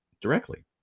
directly